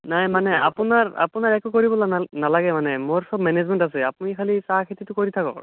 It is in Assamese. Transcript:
নাই মানে আপোনাৰ আপোনাৰ একো কৰিবলৈ না নালাগে মানে মোৰ চব মেনেজমেণ্ট আছে আপুনি খালি চাহ খেতিটো কৰি থাকক